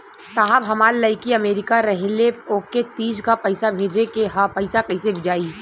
साहब हमार लईकी अमेरिका रहेले ओके तीज क पैसा भेजे के ह पैसा कईसे जाई?